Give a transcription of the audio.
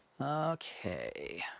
Okay